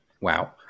wow